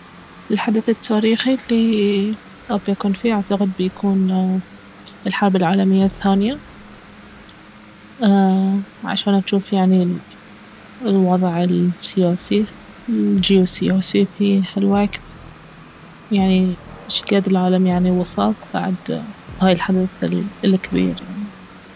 الحدث التاريخي الي ابي أكون فيه اعتقد بيكون الحرب العالمية الثانية عشان اجوف يعني الوضع السياسي والجيوسياسي في هالوقت يعني شقد العالم يعني وصل بعد هاي الحدث ال- الكبير يعني